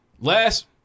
Last